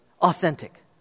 Authentic